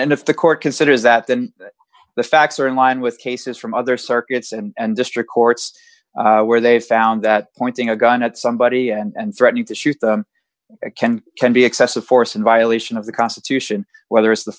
and if the court considers that then the facts are in line with cases from other circuits and district courts where they found that pointing a gun at somebody and threatening to shoot them can can be excessive force in violation of the constitution whether